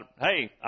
hey